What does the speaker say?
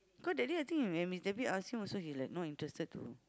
cause that day I think when ask him also he like not interested to